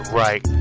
right